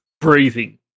Breathing